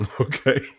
Okay